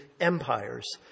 empires